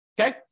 okay